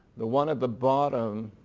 the one at the bottom,